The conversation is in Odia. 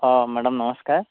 ହଁ ମ୍ୟାଡ଼ମ୍ ନମସ୍କାର